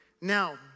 Now